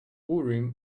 urim